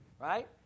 right